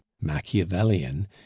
Machiavellian